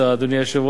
אדוני היושב-ראש,